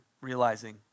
realizing